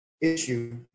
issue